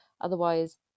otherwise